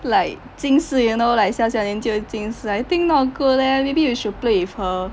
like 近视 you know like 小小年纪就有近视 I think not good leh maybe you should play with her